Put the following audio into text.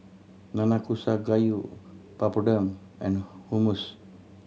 Nanakusa Gayu Papadum and Hummus